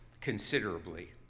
considerably